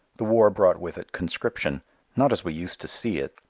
the war brought with it conscription not as we used to see it,